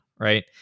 Right